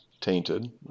tainted